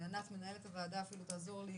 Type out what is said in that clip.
ענת מנהלת הוועדה אפילו תעזור לי